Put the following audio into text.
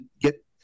get